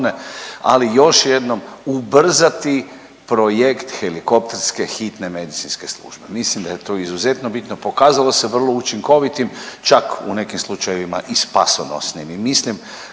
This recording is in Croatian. ali još jednom ubrzati projekt helikopterske hitne medicinske službe. Mislim da je to izuzetno bitno. Pokazalo se vrlo učinkovitim, čak u nekim slučajevima i spasonosnim.